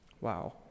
Wow